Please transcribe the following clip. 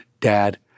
dad